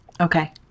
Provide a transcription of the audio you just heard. Okay